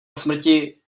smrti